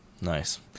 Nice